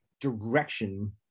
direction